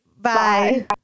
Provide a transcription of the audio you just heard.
bye